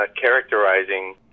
characterizing